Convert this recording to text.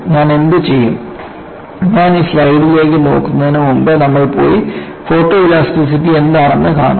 ഞാൻ എന്തുചെയ്യും ഞാൻ ഈ സ്ലൈഡിലേക്ക് നോക്കുന്നതിന് മുമ്പ് നമ്മൾ പോയി ഫോട്ടോലാസ്റ്റിറ്റി എന്താണെന്ന് കാണും